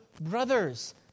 brothers